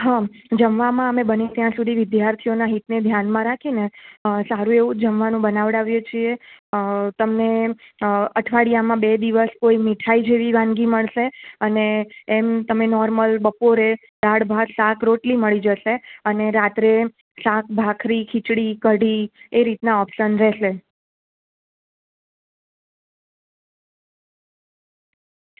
હ જમવામાં અમે બને ત્યાં સુધી વિદ્યાર્થીઓના હિતને ધ્યાનમાં રાખીને સારું એવું જમવાનું બનાવડાવીએ છીએ તમને અઠવાડીયામાં બે દિવસ કોઈ મીઠાઈ જેવી વાનગી મળશે અને એમ તમે નોર્મલ બપોરે દાળ ભાત શાક રોટલી મળી જશે અને રાત્રે શાક ભાખરી ખીચડી કઢી એ રીતના ઓપ્શન રહેશે